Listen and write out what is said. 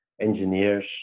engineers